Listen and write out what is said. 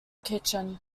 kitchen